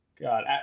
God